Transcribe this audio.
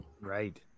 right